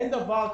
אין דבר כזה.